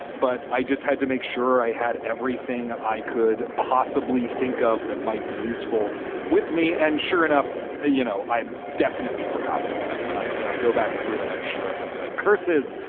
but i just had to make sure i had everything i could possibly think of that might be useful with me. and sure enough, ah you know, i definitely forgot something when i when i go back through it, i'm sure i'm gonna be like curses.